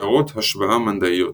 קערות השבעה מנדעיות